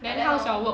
but then hor